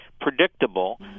predictable